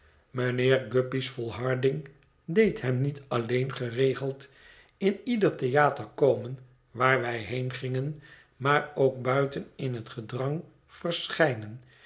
mijnheer guppy's volharding deed hem niet alleen geregeld in ieder theater komen waar wij heen gingen maar ook buiten in het gedrang verschijnen